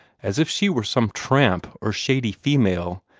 as if she were some tramp or shady female,